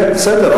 בסדר,